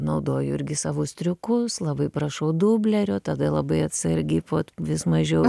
naudoju irgi savus triukus labai prašau dublerio tada labai atsargiai vis mažiau